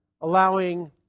allowing